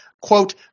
quote